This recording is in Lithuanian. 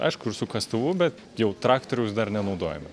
aišku ir su kastuvu bet jau traktoriaus dar nenaudojame